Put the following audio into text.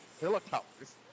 Helicopters